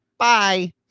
bye